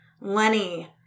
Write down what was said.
Lenny